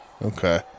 Okay